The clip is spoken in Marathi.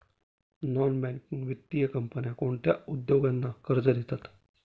नॉन बँकिंग वित्तीय कंपन्या कोणत्या उद्योगांना कर्ज देतात?